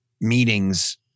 meetings